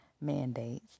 mandates